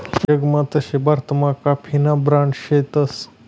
जगमा तशे भारतमा काफीना ब्रांड शेतस